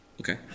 Okay